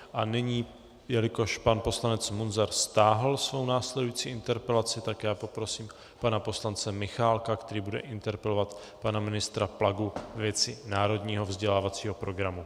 A nyní, jelikož pan poslanec Munzar stáhl svou následující interpelaci, tak poprosím pana poslance Michálka, který bude interpelovat pana ministra Plagu ve věci národního vzdělávacího programu.